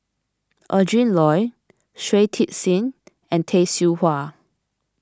Adrin Loi Shui Tit Sing and Tay Seow Huah